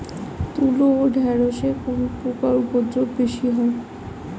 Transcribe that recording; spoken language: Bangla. তুলো ও ঢেঁড়সে কোন পোকার উপদ্রব বেশি হয়?